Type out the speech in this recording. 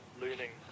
learning